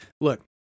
look